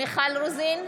מיכל רוזין,